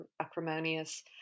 acrimonious